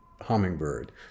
hummingbird